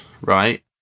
right